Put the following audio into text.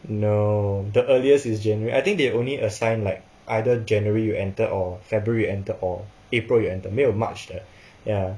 no the earliest is january I think they only assign like either january you enter or february you enter or april you enter 没有 march 的 ya